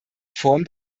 form